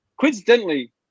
coincidentally